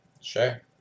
Sure